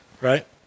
Right